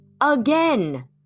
again